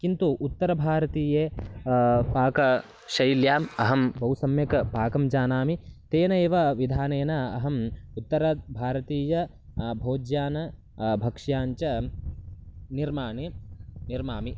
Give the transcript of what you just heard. किन्तु उत्तरभारतीय पाकशैल्याम् अहं बहु सम्यक् पाकं जानामि तेनैव विधानेन अहम् उत्तरभारतीय भोज्यान् भक्ष्यां च निर्माणे निर्मामि